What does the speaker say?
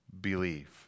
believe